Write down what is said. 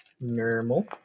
Normal